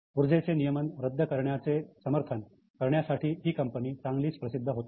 ऊर्जेचे नियमन रद्द करण्याचे समर्थन करण्यासाठी ही कंपनी चांगलीच प्रसिद्ध होती